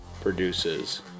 produces